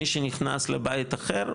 מי שנכנס לבית אחר,